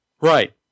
Right